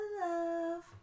love